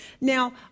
Now